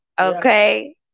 Okay